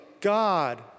God